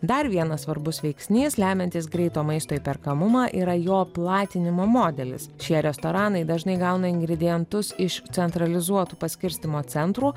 dar vienas svarbus veiksnys lemiantis greito maisto įperkamumą yra jo platinimo modelis šie restoranai dažnai gauna ingredientus iš centralizuotų paskirstymo centrų